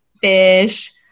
Fish